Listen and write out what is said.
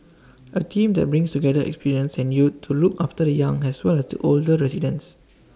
A team that brings together experience and youth to look after the young as well as the older residents